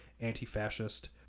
anti-fascist